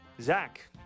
Zach